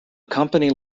company